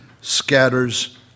scatters